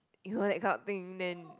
you know that kind of thing then